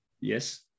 Yes